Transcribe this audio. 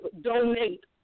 donate